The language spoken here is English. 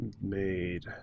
Made